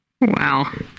Wow